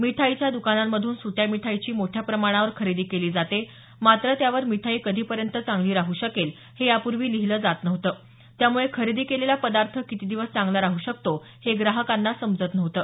मिठाईच्या दुकानांमधून सुट्या मिठाईची मोठ्या प्रमाणावर खरेदी केली जाते मात्र त्यावर मिठाई कधीपर्यंत चांगली राहू शकेल हे यापूर्वी लिहिलं जात नव्हतं त्यामुळे खरेदी केलेला पदार्थ किती दिवस चांगला राहू शकतो हे ग्राहकांना समजत नव्हतं